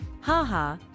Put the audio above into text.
Haha